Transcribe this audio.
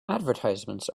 advertisements